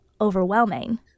overwhelming